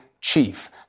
chief